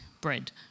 bread